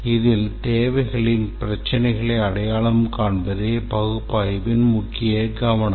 இதில் தேவைகளின் பிரச்சினைகளை அடையாளம் காண்பதே பகுப்பாய்வின் முக்கிய கவனம்